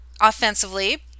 offensively